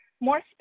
More